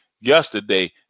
yesterday